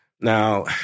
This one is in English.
Now